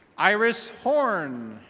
iris horn.